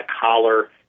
collar